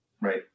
right